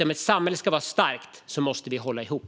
Om ett samhälle ska vara starkt måste vi hålla ihop.